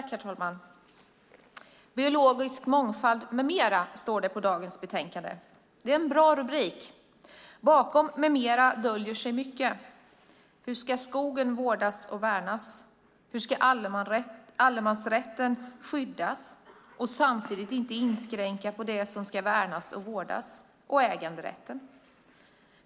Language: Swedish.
Herr talman! Biologisk mångfald m.m. står det som rubrik på dagens betänkande. Det är en bra rubrik. Bakom "m.m." döljer sig mycket. Hur ska skogen vårdas och värnas? Hur ska allemansrätten skyddas och samtidigt inte inskränka på det som ska värnas och vårdas och på äganderätten?